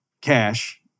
cash